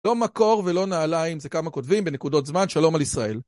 לא מקור ולא נעלים אם זה כמה כותבים בנקודות זמן, שלום על ישראל.